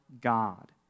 God